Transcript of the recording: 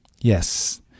Yes